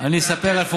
אתה מדבר גם על התקציב?